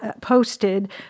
posted